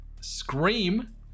scream